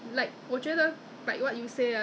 quite quite bad so at one time I stop